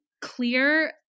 clear